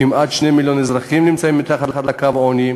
כמעט 2 מיליון אזרחים נמצאים מתחת לקו העוני,